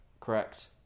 Correct